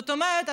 זאת אומרת,